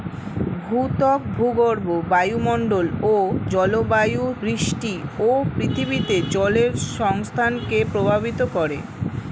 ভূত্বক, ভূগর্ভ, বায়ুমন্ডল ও জলবায়ু বৃষ্টি ও পৃথিবীতে জলের সংস্থানকে প্রভাবিত করে